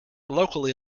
locally